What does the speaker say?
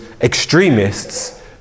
extremists